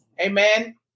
amen